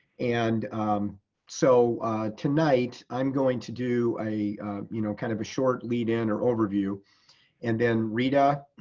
and so tonight, i'm going to do a you know kind of a short lead in or overview and then rita,